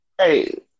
Hey